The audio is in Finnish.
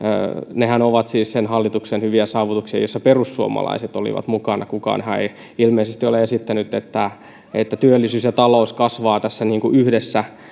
nehän ovat siis sen hallituksen hyviä saavutuksia joissa perussuomalaiset olivat mukana kukaanhan ei ilmeisesti ole esittänyt että että työllisyys ja talous kasvavat tässä niin kuin yhdessä